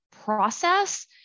process